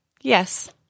Yes